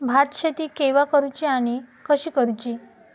भात शेती केवा करूची आणि कशी करुची?